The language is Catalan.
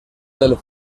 del